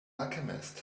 alchemist